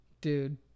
Dude